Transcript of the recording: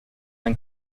ein